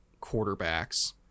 quarterbacks